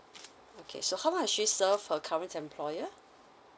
okay so how long has she served her current employer